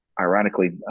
ironically